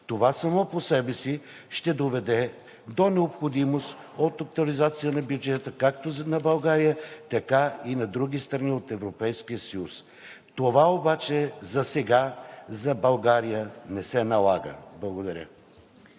Това само по себе си ще доведе до необходимост от актуализация на бюджета както на България, така и на други страни от Европейския съюз. Това обаче засега – за България, не се налага. Благодаря.